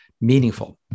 meaningful